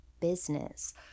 business